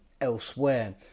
elsewhere